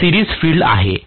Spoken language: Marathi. हे सिरीज फील्ड आहे